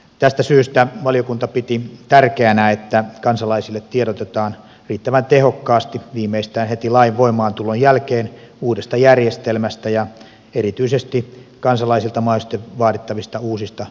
tästä syystä valiokunta piti tärkeänä että kansalaisille tiedotetaan riittävän tehokkaasti viimeistään heti lain voimaantulon jälkeen uudesta järjestelmästä ja erityisesti kansalaisilta mahdollisesti vaadittavista uusista menettelytavoista